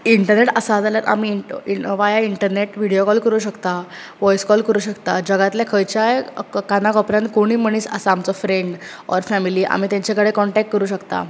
internet आसा जाल्यार आमी इन्ट in via internet video call करुंक शकता वॉयस कॉल करुंक शकता जगातल्या खंयच्याय क काना कोपऱ्यांत कोणीय मनीस आसा आमचो फ्रेन्ड ऑर फॅमीली आमी तेंचे कडेन कॉन्टॅक्ट करुंक शकतात